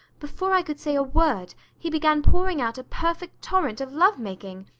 before i could say a word he began pouring out a perfect torrent of love-making,